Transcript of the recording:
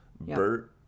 bert